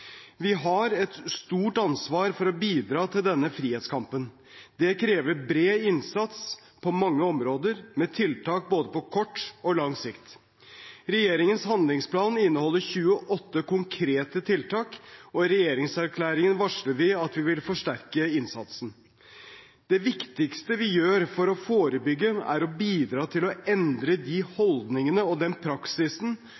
Vi har et stort ansvar for å bidra til denne frihetskampen. Det krever bred innsats på mange områder, med tiltak på både kort og lang sikt. Regjeringens handlingsplan inneholder 28 konkrete tiltak, og i regjeringserklæringen varsler vi at vi vil forsterke innsatsen. Det viktigste vi gjør for å forebygge, er å bidra til å endre de